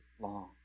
long